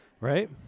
Right